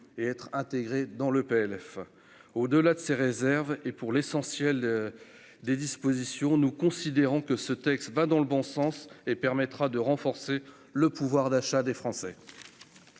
être intégrées au PLF. Au-delà de ces réserves, et pour l'essentiel des dispositions, nous considérons que ce texte va dans le bon sens et permettra de renforcer le pouvoir d'achat des Français.